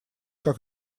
как